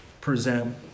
present